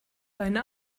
deine